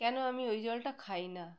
কেন আমি ওই জলটা খাই না